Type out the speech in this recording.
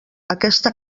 aquesta